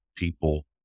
People